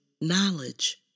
knowledge